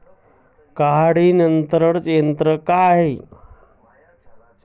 काढणीनंतरचे तंत्र काय आहे?